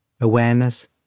Awareness